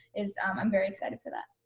is um i'm very excited for that.